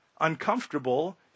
uncomfortable